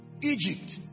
Egypt